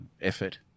effort